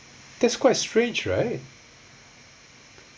that's quite strange right